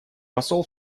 посол